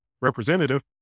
representative